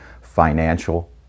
financial